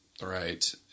Right